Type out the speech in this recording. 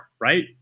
right